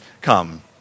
come